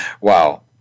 wow